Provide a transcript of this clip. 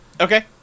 Okay